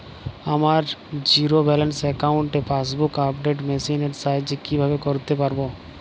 আমার zero balance অ্যাকাউন্টে passbook update machine এর সাহায্যে কীভাবে করতে পারব?